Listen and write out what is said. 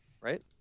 right